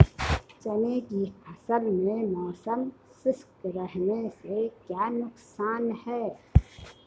चने की फसल में मौसम शुष्क रहने से क्या नुकसान है?